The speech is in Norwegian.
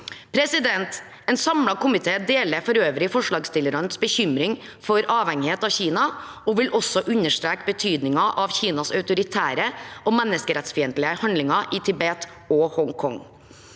ferdigstilles. En samlet komité deler for øvrig forslagsstillernes bekymring for avhengighet av Kina, og vil også understreke betydningen av Kinas autoritære og menneskerettsfiendtlige handlinger i Tibet og Hongkong.